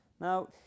Now